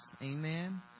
Amen